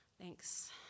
Thanks